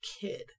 kid